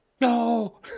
No